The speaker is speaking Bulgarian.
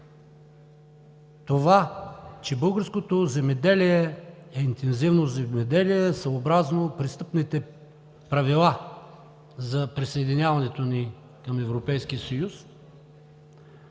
Това, че българското земеделие е интензивно земеделие, съобразно престъпните правила за присъединяването ни към Европейския съюз,